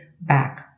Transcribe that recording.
back